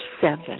seven